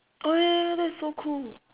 oh ya ya that's so cool